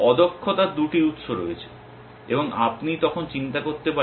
অদক্ষতার দুটি উত্স রয়েছে এবং আপনি তখন চিন্তা করতে পারেন